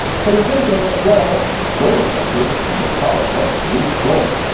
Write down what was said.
so you're thinking, well, the plural marker in kiawah is goal.